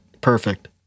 perfect